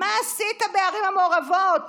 מה עשית בערים המעורבות?